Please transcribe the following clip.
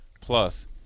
Plus